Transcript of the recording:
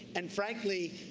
and frankly,